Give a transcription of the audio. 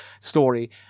story